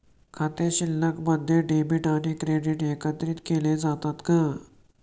खाते शिल्लकमध्ये डेबिट आणि क्रेडिट एकत्रित केले जातात का?